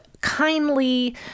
kindly